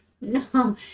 No